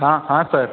हाँ हाँ सर